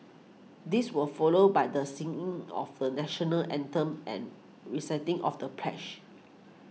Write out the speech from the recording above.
this was followed by the singing of the National Anthem and reciting of the pledge